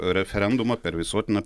referendumą per visuotinę